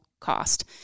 cost